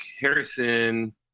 Harrison